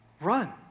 Run